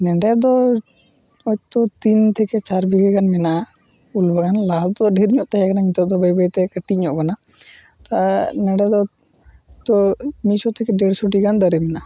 ᱱᱚᱰᱮᱫᱚ ᱦᱚᱭᱛᱚ ᱛᱤᱱ ᱛᱷᱮᱠᱮ ᱪᱟᱨ ᱵᱤᱜᱷᱟᱹᱜᱟᱱ ᱢᱮᱱᱟᱜᱼᱟ ᱩᱞ ᱵᱟᱜᱟᱱ ᱞᱟᱦᱟᱛᱮ ᱰᱷᱮᱨᱧᱚᱜ ᱛᱟᱦᱮᱸᱠᱟᱱᱟ ᱱᱤᱛᱚᱜ ᱵᱟᱹᱭ ᱵᱟᱹᱭᱛᱮ ᱠᱟᱹᱴᱤᱡᱚᱜ ᱠᱟᱱᱟ ᱱᱚᱰᱮᱫᱚ ᱛᱚ ᱢᱤᱫᱥᱚ ᱛᱷᱮᱠᱮ ᱫᱮᱲᱥᱚᱴᱤ ᱜᱟᱱ ᱫᱟᱨᱮ ᱢᱮᱱᱟᱜᱼᱟ